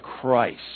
Christ